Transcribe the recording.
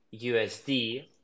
USD